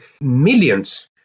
millions